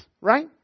right